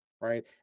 Right